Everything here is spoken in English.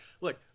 look